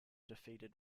defeated